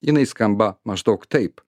jinai skamba maždaug taip